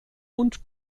und